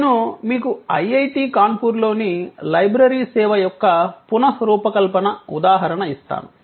నేను మీకు ఐఐటి కాన్పూర్లోని లైబ్రరీ సేవ యొక్క పునఃరూపకల్పన ఉదాహరణ ఇస్తాను